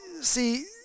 see